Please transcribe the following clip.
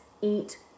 eat